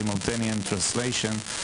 יש להם תרגום סימולטני,